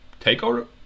Takeover